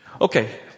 Okay